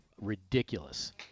ridiculous